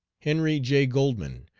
henry j. goldman,